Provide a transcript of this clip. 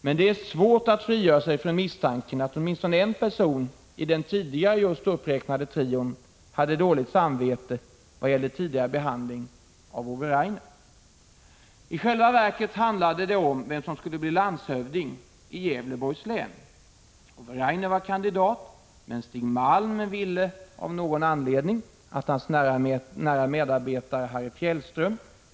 Men det är svårt att frigöra sig från misstanken att åtminstone en person i den just uppräknade trion hade dåligt samvete i vad gällde tidigare behandling av Ove Rainer. I själva verket handlade det om vem som skulle bli landshövding i Gävleborgs län. Ove Rainer var kandidat, men Stig Malm ville av någon anledning att hans egen nära medarbetare Harry Fjällström skulle bli det, Prot.